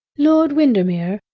lord windermere,